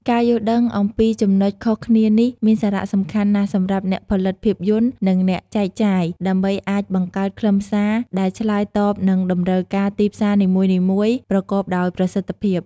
ការយល់ដឹងអំពីចំណុចខុសគ្នានេះមានសារៈសំខាន់ណាស់សម្រាប់អ្នកផលិតភាពយន្ត និងអ្នកចែកចាយ ដើម្បីអាចបង្កើតខ្លឹមសារដែលឆ្លើយតបនឹងតម្រូវការទីផ្សារនីមួយៗប្រកបដោយប្រសិទ្ធភាព។